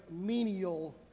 menial